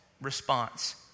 response